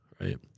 right